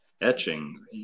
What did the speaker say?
etching